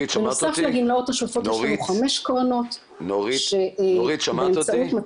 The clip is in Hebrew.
בנוסף לגמלאות השוטפות יש לנו חמש קרנות שבאמצעות 200